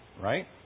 Right